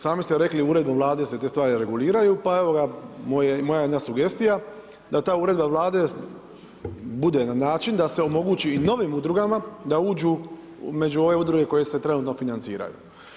Sami ste rekli uredbom Vlade se te stvari reguliraju, pa evo ga, moja jedna sugestija, da ta uredba Vlade, bude na način, da se omogući i novim udrugama, da uđu među ove udruge koje se trenutno financiraju.